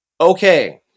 Okay